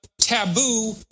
taboo